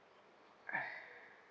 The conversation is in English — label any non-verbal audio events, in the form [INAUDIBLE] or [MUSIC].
[NOISE]